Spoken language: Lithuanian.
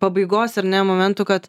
pabaigos ar ne momentų kad